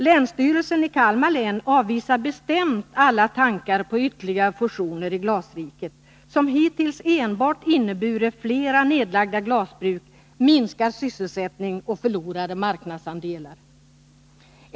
Länsstyrelsen i Kalmar län avvisar bestämt alla tankar på ytterligare fusioner i Glasriket — fusionerna har ju hittills enbart inneburit flera nedlagda glasbruk, minskad sysselsättning och förlorade marknadsandelar.